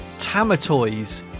Tamatoys